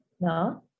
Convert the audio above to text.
No